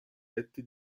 letti